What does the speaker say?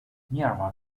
nearby